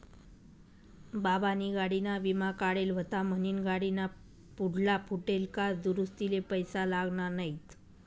बाबानी गाडीना विमा काढेल व्हता म्हनीन गाडीना पुढला फुटेल काच दुरुस्तीले पैसा लागना नैत